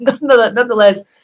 nonetheless